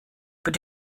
but